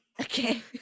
Okay